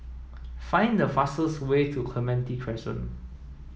find the fastest way to Clementi Crescent